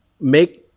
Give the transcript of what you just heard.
make